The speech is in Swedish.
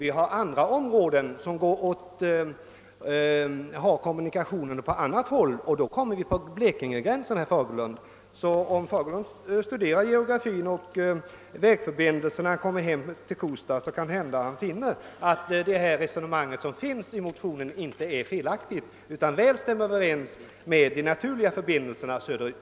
I andra områden ligger det kommunikationsmässigt till så att vi kommer mot blekingegränsen. Och om herr Fagerlund studerar geografin och vägförbindelserna när han kommer hem till Kosta, så skall han finna att det resonemang vi fört i motionerna inte är felaktigt utan väl stämmer överens med de naturliga förbindelserna söderut.